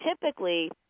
typically